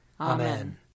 Amen